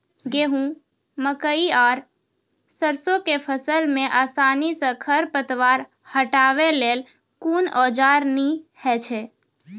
गेहूँ, मकई आर सरसो के फसल मे आसानी सॅ खर पतवार हटावै लेल कून औजार नीक है छै?